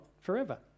forever